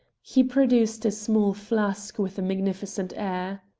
he produced a small flask with a magnificent air.